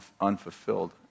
unfulfilled